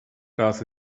das